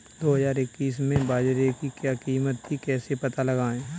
दो हज़ार इक्कीस में बाजरे की क्या कीमत थी कैसे पता लगाएँ?